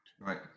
Right